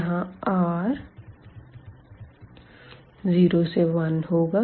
यहाँ r 0 to 1 होगा